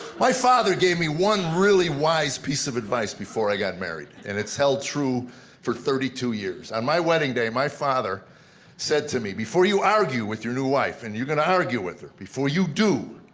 my father gave me one really wise piece of advice before i got married and it's held true for thirty two years. on and my wedding day, my father said to me, before you argue with your new wife and you're gonna argue with her, before you do,